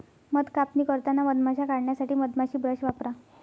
मध कापणी करताना मधमाश्या काढण्यासाठी मधमाशी ब्रश वापरा